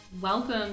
Welcome